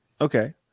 okay